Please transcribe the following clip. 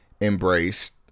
embraced